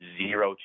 zero